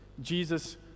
Jesus